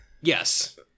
yes